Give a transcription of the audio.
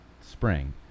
spring